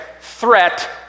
threat